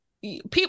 people